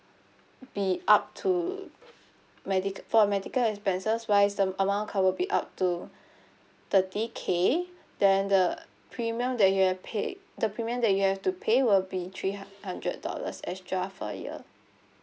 be up to medic for a medical expenses wise the amount covered will be up to thirty k then the premium that you have paid the premium that you have to pay will be three hun~ hundred dollars extra for a year